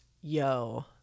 yo